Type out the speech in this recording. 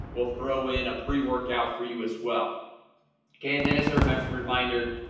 we'll throw in a pre-workout for you as well okay, and then as a remember reminder,